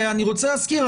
אני רוצה להזכיר,